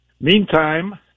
Meantime